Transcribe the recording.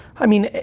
i mean,